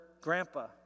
grandpa